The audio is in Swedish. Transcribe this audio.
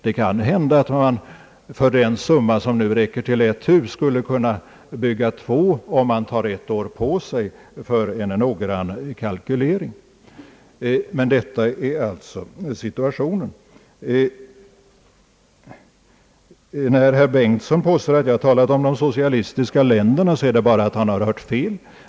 Det är möjligt att man för den summa som nu räcker för ett hus skulle kunna bygga två, om man tar ett år på sig för en noggrann kalkylering. Herr Bengtsons påstående att jag hänvisat till de socialistiska länderna grundar sig uteslutande på att han hört fel.